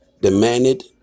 demanded